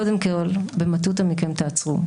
קודם כול, במטותא מכם, תעצרו.